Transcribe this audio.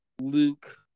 Luke